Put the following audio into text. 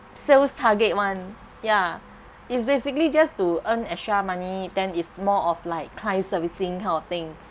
sales target [one] ya it's basically just to earn extra money then it's more of like clients servicing kind of thing